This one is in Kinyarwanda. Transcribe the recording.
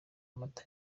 amata